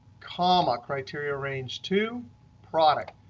comma, criteria range two product.